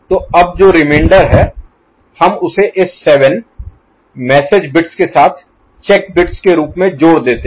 तो अब जो रिमेंडर है हम उसे इस 7 मैसेज Message संदेश बिट्स के साथ चेक बिट्स के रूप में जोड़ देते हैं